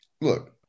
Look